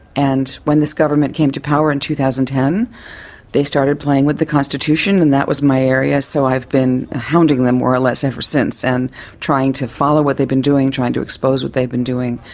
and when this government came to power in two thousand and ten they started playing with the constitution and that was my area, so i've been hounding them more or less ever since and trying to follow what they've been doing, trying to expose what they've been doing.